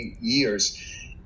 years